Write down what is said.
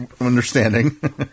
understanding